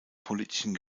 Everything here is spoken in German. politischen